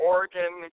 Oregon